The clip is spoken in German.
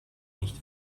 nicht